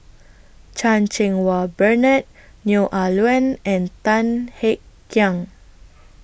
Chan Cheng Wah Bernard Neo Ah Luan and Tan Kek Hiang